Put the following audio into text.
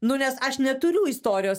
nu nes aš neturiu istorijos